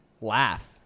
laugh